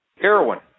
heroin